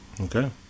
Okay